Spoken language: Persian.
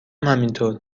همینطور